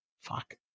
Fuck